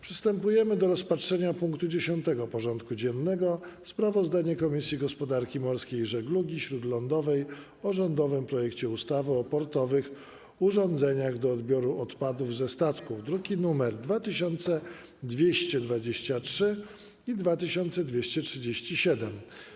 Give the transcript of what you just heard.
Przystępujemy do rozpatrzenia punktu 10. porządku dziennego: Sprawozdanie Komisji Gospodarki Morskiej i Żeglugi Śródlądowej o rządowym projekcie ustawy o portowych urządzeniach do odbioru odpadów ze statków (druki nr 2223 i 2237)